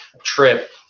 trip